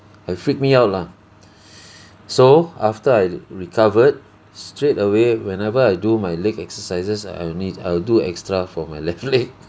I freak me out lah so after I recovered straight away whenever I do my leg exercises I'll need I'll do extra for my left leg